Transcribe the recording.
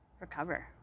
recover